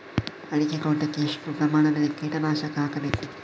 ಅಡಿಕೆ ತೋಟಕ್ಕೆ ಎಷ್ಟು ಪ್ರಮಾಣದಲ್ಲಿ ಕೀಟನಾಶಕ ಹಾಕಬೇಕು?